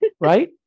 Right